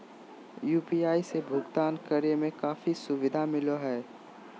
UPI से भुकतान करे में काफी सुबधा मिलैय हइ